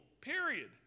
period